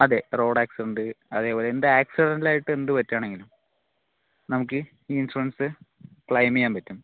അതെ road accident അതേപോലെ എന്താക്സിഡൻ്റലായിട്ട് എന്ത് പറ്റുവാണെങ്കിലും നമുക്ക് ഈ ഇൻഷുറൻസ് ക്ളൈമ് ചെയ്യാൻ പറ്റും